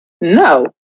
No